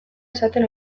esaten